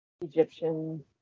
Egyptian